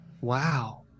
Wow